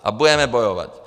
A budeme bojovat.